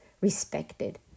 respected